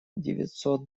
девятьсот